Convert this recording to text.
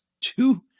two